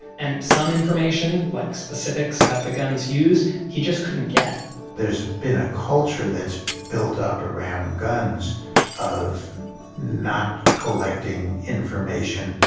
and some information like specifics about the guns used, he just couldn't get there's been a culture that's built up around guns of not collecting information,